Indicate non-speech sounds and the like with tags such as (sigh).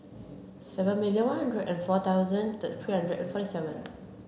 seven million one hundred and four thousand (unintelligible) three hundred and forty seven